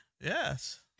Yes